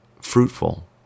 fruitful